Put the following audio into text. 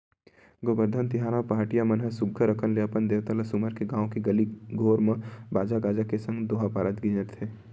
गोबरधन तिहार म पहाटिया मन ह सुग्घर अंकन ले अपन देवता ल सुमर के गाँव के गली घोर म बाजा गाजा के संग दोहा पारत गिंजरथे